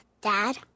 Dad